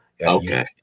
okay